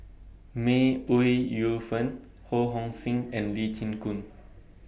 May Ooi Yu Fen Ho Hong Sing and Lee Chin Koon